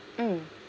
mm